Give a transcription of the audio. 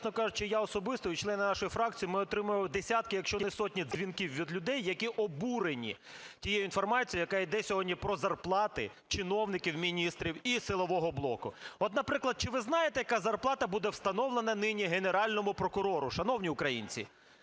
чесно кажучи, я особисто і члени нашої фракції ми отримуємо десятки, якщо не сотні, дзвінків від людей, які обурені тією інформацією, яка йде сьогодні про зарплати чиновників, міністрів і силового блоку. От, наприклад, чи ви знаєте, яка зарплата буде встановлена нині Генеральному прокурору, шановні українці,